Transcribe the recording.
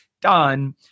done